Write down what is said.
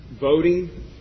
voting